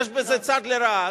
יש בזה צד לרעה.